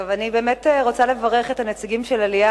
טוב, אני באמת רוצה לברך את הנציגים של "אליאנס".